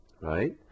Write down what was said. right